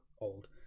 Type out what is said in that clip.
Old